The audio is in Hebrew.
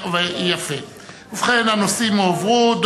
ובכן, הנושאים הועברו.